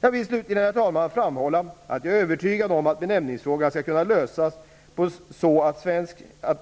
Jag vill slutligen, herr talman, framhålla att jag är övertygad om att benämningsfrågan skall kunna lösas så, att